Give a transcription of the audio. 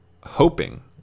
hoping